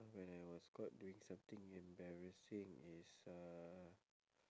when I was caught doing something embarrassing is uh